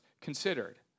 considered